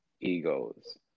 egos